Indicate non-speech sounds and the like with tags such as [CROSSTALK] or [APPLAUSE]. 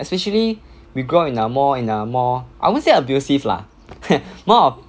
especially we grow up in a more a more I won't say abusive lah [COUGHS] more of